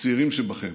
הצעירים שבכם,